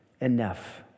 enough